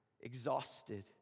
Exhausted